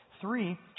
Three